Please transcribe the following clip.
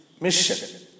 mission